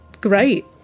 great